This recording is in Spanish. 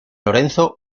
lorenzo